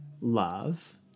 love